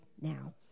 now